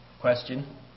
question